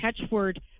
catchword